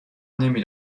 نمی